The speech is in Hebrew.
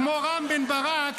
כמו רם בן ברק,